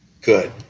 Good